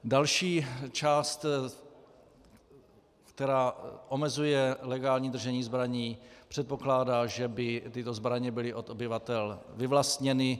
Další část, která omezuje legální držení zbraní, předpokládá, že by tyto zbraně byly od obyvatel vyvlastněny.